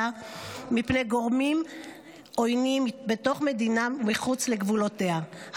מפני גורמים עוינים בתוך מדינה ומחוץ לגבולותיה.